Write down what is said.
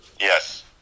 Yes